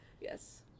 yes